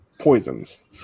poisons